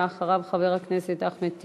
אחריו, חבר הכנסת אחמד טיבי.